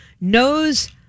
knows